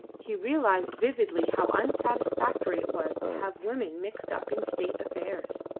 he realised vividly how unsatisfactory it was to have women mixed up in state affairs.